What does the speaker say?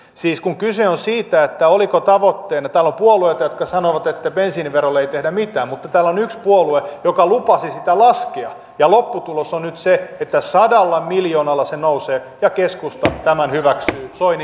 siis kun kyse on siitä oliko tavoitteena täällä on puolueita jotka sanoivat että bensiiniverolle ei tehdä mitään mutta täällä on yksi puolue joka lupasi sitä laskea ja lopputulos on nyt se että sadalla miljoonalla se nousee ja keskusta tämän hyväksyy soinin perässä